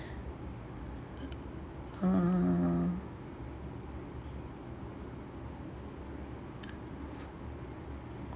uh